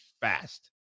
fast